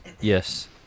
yes